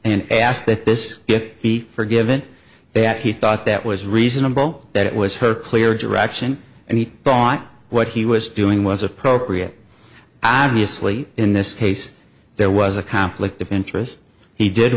and asked that this gift be forgiven that he thought that was reasonable that it was her clear direction and he thought what he was doing was appropriate obviously in this case there was a conflict of interest he did